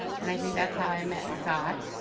and i think that's how i met scott.